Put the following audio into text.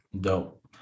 Dope